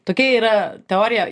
tokia yra teorija